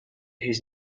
his